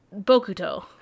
bokuto